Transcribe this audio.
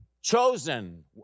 chosen